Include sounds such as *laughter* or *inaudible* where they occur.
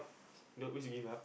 *breath* don't always give up